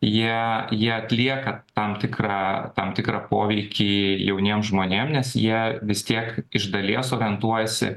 jie jie atlieka tam tikrą tam tikrą poveikį jauniem žmonėm nes jie vis tiek iš dalies orientuojasi